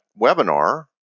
webinar